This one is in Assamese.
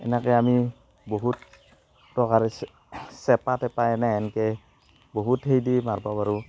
সেনেকৈ আমি বহুত প্ৰকাৰে চেপা তেপা এনেহেনকৈ বহুত সেই দি মাৰিব পাৰোঁ